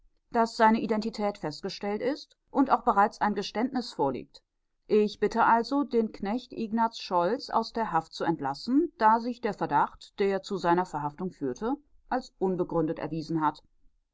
daß seine identität festgestellt ist und auch bereits ein geständnis vorliegt ich bitte also den knecht ignaz scholz aus der haft zu entlassen da sich der verdacht der zu seiner verhaftung führte als unbegründet erwiesen hat